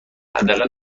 حداقل